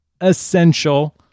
essential